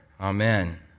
Amen